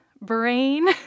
brain